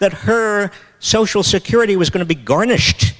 that her social security was going to be garnished